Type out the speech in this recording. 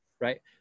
right